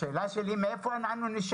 השאלה שלי היא מהיכן נשלם.